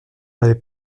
l’avais